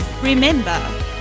Remember